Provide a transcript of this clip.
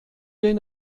den